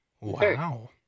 Wow